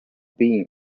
being